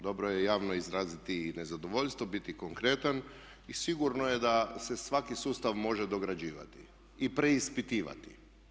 Dobro je javno izraziti nezadovoljstvo, biti konkretan i sigurno je da se svaki sustav može dograđivati i preispitivati.